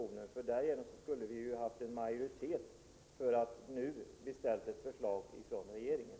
Om de gjort det, skulle vi ju ha haft majoritet för att beställa ett förslag från regeringen.